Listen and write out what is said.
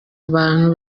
abantu